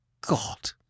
God